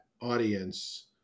audience